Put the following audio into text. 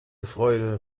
freude